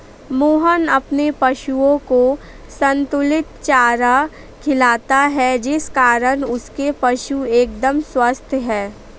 मोहन अपने पशुओं को संतुलित चारा खिलाता है जिस कारण उसके पशु एकदम स्वस्थ हैं